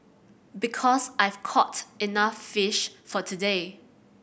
because I've caught enough fish for today